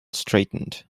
straightened